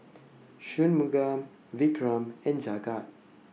Shunmugam Vikram and Jagat